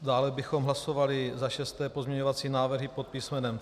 Dále bychom hlasovali za šesté pozměňovací návrhy pod písmenem C.